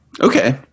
Okay